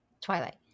Twilight